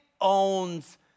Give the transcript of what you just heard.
owns